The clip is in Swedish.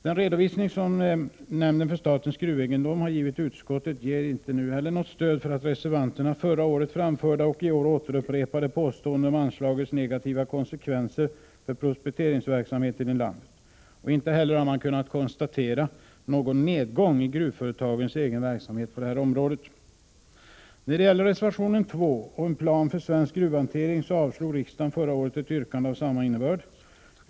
Den redovisning som nämnden för statens gruvegendom givit utskottet ger inte heller nu något stöd för reservanternas förra året framförda och i år upprepade påstående om anslagets negativa konsekvenser för prospekteringsverksamheten i landet. Inte heller har man kunnat konstatera någon nedgång i gruvföretagens egen verksamhet på detta område. När det gäller reservation nr 2 och en plan för svensk gruvhantering avslog riksdagen förra året ett yrkande av samma innebörd.